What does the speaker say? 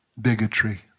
bigotry